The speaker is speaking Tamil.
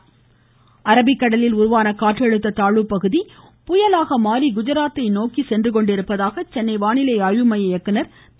மழை அரபிக்கடலில் உருவான காற்றழுத்த தாழ்வு பகுதி புயலாக மாறி குஜராத்தை நோக்கி சென்று கொண்டிருப்பதாக சென்னை வானிலை ஆய்வு மைய இயக்குநர் திரு